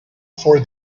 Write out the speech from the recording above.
for